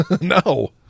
No